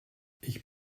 ich